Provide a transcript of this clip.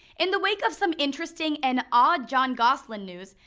in the wake of some interesting and odd jon gosselin news,